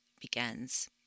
begins